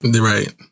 right